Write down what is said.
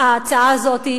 ההצעה הזאת,